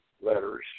letters